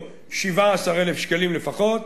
17,000 שקלים לפחות